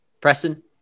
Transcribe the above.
Preston